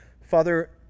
Father